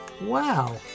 Wow